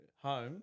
Home